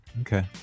Okay